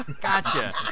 Gotcha